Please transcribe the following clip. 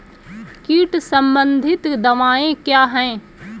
कीट संबंधित दवाएँ क्या हैं?